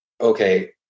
okay